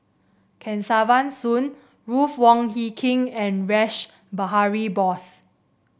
Kesavan Soon Ruth Wong Hie King and Rash Behari Bose